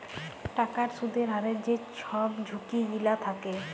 টাকার সুদের হারের যে ছব ঝুঁকি গিলা থ্যাকে